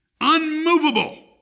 unmovable